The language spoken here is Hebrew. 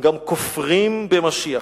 גם כופרים במשיח.